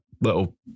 little